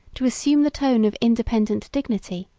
to assume the tone of independent dignity